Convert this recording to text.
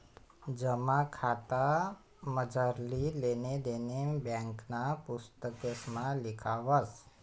जमा खातामझारली लेन देन ब्यांकना पुस्तकेसमा लिखावस